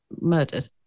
murdered